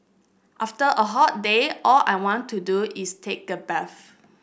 after a hot day all I want to do is take a bath